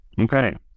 Okay